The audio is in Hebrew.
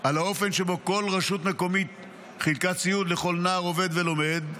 על האופן שבו כל רשות מקומית חילקה ציוד לכל נער עובד ולומד,